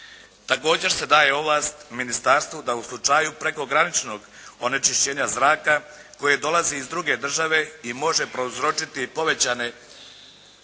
Također se daje ovlast ministarstvu da u slučaju prekograničnog onečišćenja zraka koje dolazi iz druge države i može prouzročiti povećane